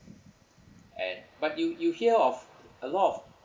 and but you you hear of a lot of